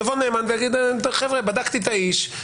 יבוא נאמן ויגיד: בדקתי את האיש,